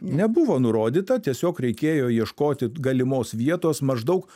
nebuvo nurodyta tiesiog reikėjo ieškoti galimos vietos maždaug